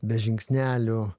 be žingsnelių